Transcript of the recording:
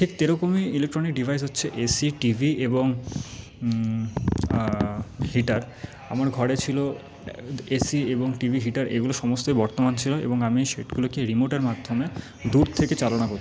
ঠিক তেরকমই electronic device হচ্ছে এসি টিভি এবং হিটার আমার ঘরে ছিলো এসি এবং টিভি হিটার এগুলো সমস্তই বর্তমান ছিলো এবং আমি সেগুলোকে রিমোটের মাধ্যমে দূর থেকে চালনা করতাম